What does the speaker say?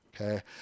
okay